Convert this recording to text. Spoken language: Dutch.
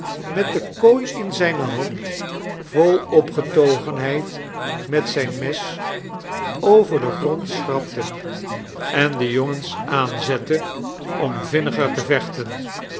met de kooi in zijne hand vol opgetogenheid met zijn mes over den grond schrapte en de jongens aanzette om vinniger te vechten